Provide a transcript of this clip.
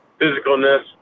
physicalness